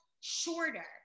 shorter